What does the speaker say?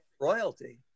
Royalty